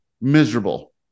miserable